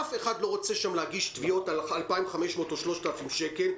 אף אחד לא רוצה שם להגיש תביעות על 2,500 או 3,000 שקל,